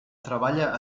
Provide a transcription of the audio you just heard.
treballa